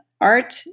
art